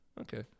Okay